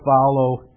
follow